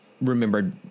remembered